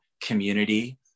community